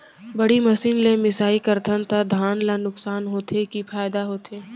बड़ी मशीन ले मिसाई करथन त धान ल नुकसान होथे की फायदा होथे?